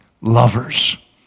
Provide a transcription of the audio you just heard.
Lovers